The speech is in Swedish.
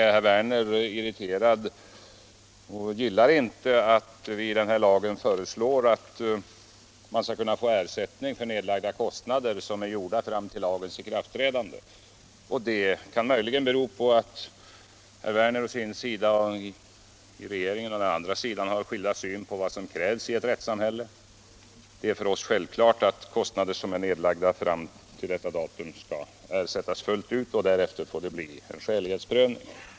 Herr Werner är irriterad; han gillar inte att vi i den här lagen föreslår att man skall kunna få ersättning för kostnader som är nedlagda fram till lagens ikraftträdande. Möjligen kan det bero på att herr Werner och regeringen har skilda synpunkter på vad som krävs i ett rättssamhälle. Det är för oss självklart att kostnader som är nedlagda fram till lagens ikraftträdande skall ersättas fullt ut. Därefter får det bli en skälighetsprövning.